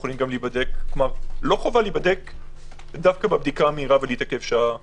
לא חובה להיבדק דווקא בבדיקה המהירה ולהתעכב שעה במחסום.